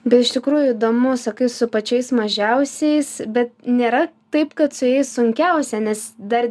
bet iš tikrųjų įdomu sakai su pačiais mažiausiais bet nėra taip kad su jais sunkiausia nes dar